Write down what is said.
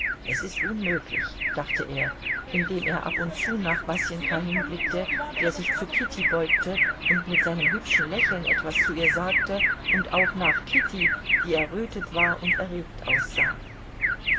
es ist unmöglich dachte er indem er ab und zu nach wasenka hinblickte der sich zu kitty beugte und mit seinem hübschen lächeln etwas zu ihr sagte und auch nach kitty die errötet war und erregt aussah